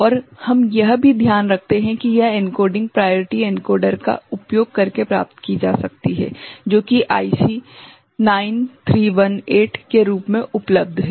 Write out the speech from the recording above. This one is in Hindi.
और हम यह भी ध्यान रखते हैं कि यह एन्कोडिंग प्रयोरिटी एनकोडर का उपयोग करके प्राप्त की जा सकती है जो कि आईसी 9318 के रूप में उपलब्ध है